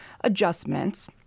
adjustments –